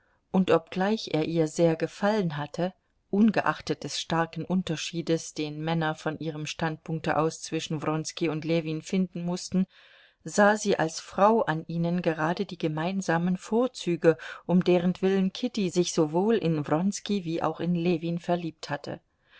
und obgleich er ihr sehr gefallen hatte ungeachtet des starken unterschiedes den männer von ihrem standpunkte aus zwischen wronski und ljewin finden mußten sah sie als frau an ihnen gerade die gemeinsamen vorzüge um deretwillen kitty sich sowohl in wronski wie auch in ljewin verliebt hatte